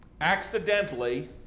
accidentally